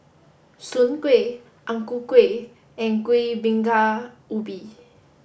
Soon Kueh Ang Ku Kueh and Kuih Bingka Ubi